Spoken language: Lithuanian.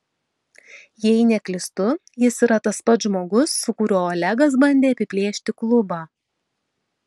jei neklystu jis yra tas pats žmogus su kuriuo olegas bandė apiplėšti klubą